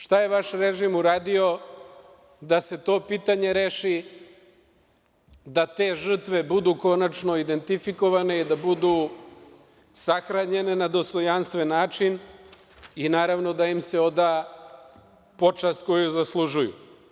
Šta je vaš režim uradio da se to pitanje reši, da te žrtve konačno budu identifikovane i da budu sahranjene na dostojanstven način i, naravno, da im se oda počast koju zaslužuju?